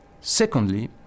Secondly